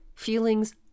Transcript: Feelings